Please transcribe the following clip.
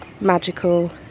magical